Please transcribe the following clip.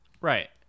Right